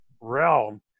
realm